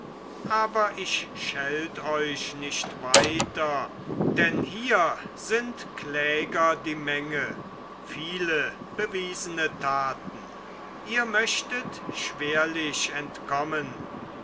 aber ich schelt euch nicht weiter denn hier sind kläger die menge viele bewiesene taten ihr möchtet schwerlich entkommen